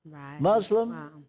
Muslim